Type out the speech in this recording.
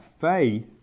faith